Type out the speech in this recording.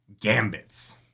Gambits